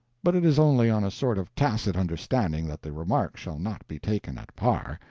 but it is only on a sort of tacit understanding that the remark shall not be taken at par.